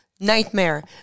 nightmare